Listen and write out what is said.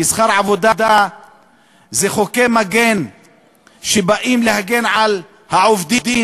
כי שכר עבודה מוגן בחוקי מגן שבאים להגן על העובדים.